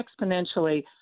exponentially